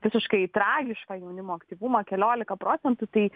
visiškai tragišką jaunimo aktyvumą keliolika procentų tai